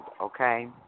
okay